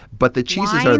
but the cheeses. but